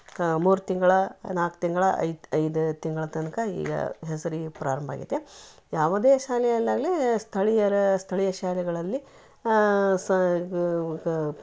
ಆ ಮೂರು ತಿಂಗಳ ನಾಲ್ಕು ತಿಂಗಳ ಐದು ಐದು ತಿಂಗಳ ತನಕ ಈ ಹೆಸರೀ ಪ್ರಾರಂಭವಾಗಿದೆ ಯಾವುದೇ ಶಾಲೆಯಲ್ಲಾಗಲಿ ಸ್ಥಳೀಯರ ಸ್ಥಳೀಯ ಶಾಲೆಗಳಲ್ಲಿ ಆ ಸಾ ಗಾ